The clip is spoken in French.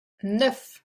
neuf